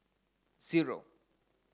zero